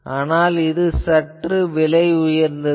ஆனால் இது சற்று விலை உயர்ந்தது